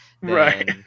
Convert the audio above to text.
right